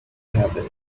happen